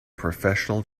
professional